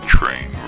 Train